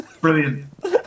Brilliant